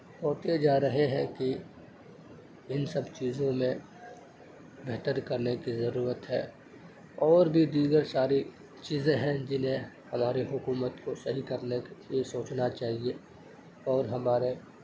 ہوتے جا رہے ہیں کہ ان سب چیزوں میں بہتری کرنے کی ضرورت ہے اور بھی دیگر ساری چیزیں ہیں جنہیں ہماری حکومت کو صحیح کرنے کے لیے سوچنا چاہیے اور ہمارے